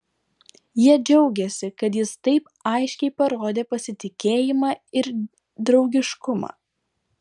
jie džiaugėsi kad jis taip aiškiai parodė pasitikėjimą ir draugiškumą